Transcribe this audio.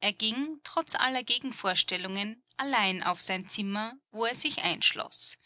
er ging trotz aller gegenvorstellungen allein auf sein zimmer wo er sich einschloß